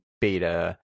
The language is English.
beta